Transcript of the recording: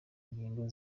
ngingo